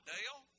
Dale